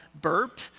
burp